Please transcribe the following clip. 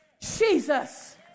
Jesus